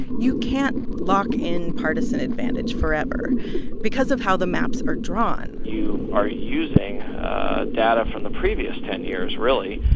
you can't lock in partisan advantage forever because of how the maps are drawn you are using data from the previous ten years, really,